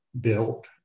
built